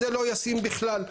זה לא ישים בכלל.